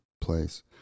place